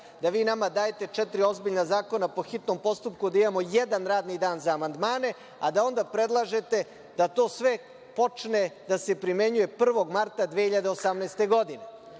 da vi nama dajete četiri ozbiljna zakona po hitnom postupku, a da imamo jedan radni dan za amandmane, a da onda predlažete da to sve počne da se primenjuje 1. marta 2018.